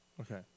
Okay